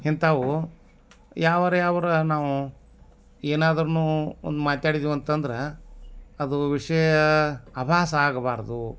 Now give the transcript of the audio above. ಇಂಥವು ಯಾವ್ದರ ಯಾವ್ದರ ನಾವು ಏನಾದ್ರೂ ಒಂದು ಮಾತಾಡಿದ್ದೀವಿ ಅಂತಂದ್ರೆ ಅದು ವಿಷಯ ಆಭಾಸ ಆಗಬಾರ್ದು